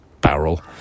barrel